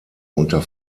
unter